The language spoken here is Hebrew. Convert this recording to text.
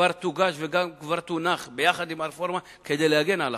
תוגש במקביל ותונח יחד עם הרפורמה כדי להגן על החופים.